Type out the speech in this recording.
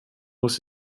muss